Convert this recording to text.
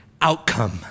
outcome